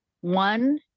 one